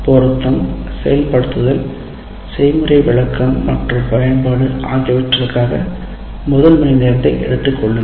பொருத்தம் செயல்படுத்தல் செய்முறை விளக்கம் மற்றும் பயன்பாடு ஆகியவற்றிற்காக முதல் மணிநேரத்தை எடுத்துக் கொள்ளுங்கள்